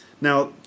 Now